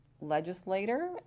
legislator